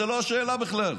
זאת לא השאלה בכלל.